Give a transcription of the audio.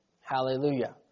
Hallelujah